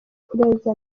kurenza